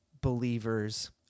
believers